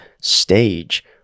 stage